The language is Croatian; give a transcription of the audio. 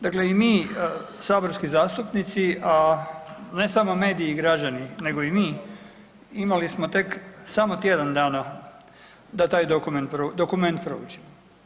Dakle i mi saborski zastupnici, a ne samo mediji i građani, nego i mi imali smo tek samo tjedan dana da taj dokument proučimo.